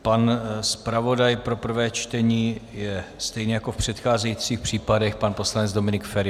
Pan zpravodaj pro prvé čtení je stejný jako v předcházejících případech pan poslanec Dominik Feri.